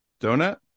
donut